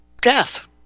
death